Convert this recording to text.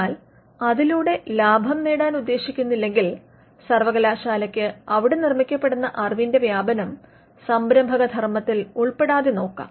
എന്നാൽ അതിലൂടെ ലാഭം നേടാൻ ഉദ്ദേശിക്കുന്നില്ലെങ്കിൽ സർവകലാശാലയ്ക്ക് അവിടെ നിർമ്മിക്കപ്പെടുന്ന അറിവിന്റെ വ്യാപനം സംരംഭക ധർമത്തിൽ ഉൾപ്പെടാതെ നോക്കാം